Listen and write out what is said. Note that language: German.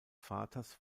vaters